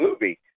movie